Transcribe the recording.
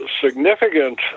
significant